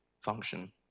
function